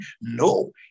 No